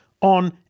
on